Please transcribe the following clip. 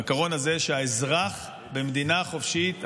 העיקרון שהאזרח במדינה חופשית,